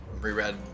reread